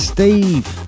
Steve